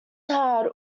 hard